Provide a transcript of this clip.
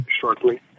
shortly